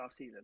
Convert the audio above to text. offseason